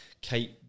Kate